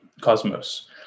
Cosmos